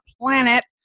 planet